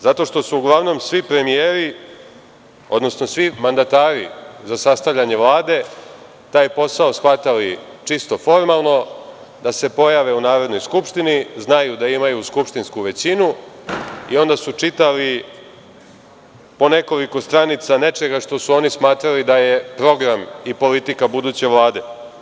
Zato što su uglavnom svi premijeri, odnosno svi mandatari za sastavljanje Vlade taj posao shvatali čisto formalno, da se pojave u Narodnoj skupštini, znaju da imaju skupštinsku većinu i onda su čitali po nekoliko stranica nečega što su oni smatrali da je program i politika buduće Vlade.